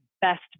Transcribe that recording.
best